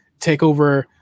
TakeOver